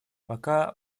пока